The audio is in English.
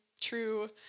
true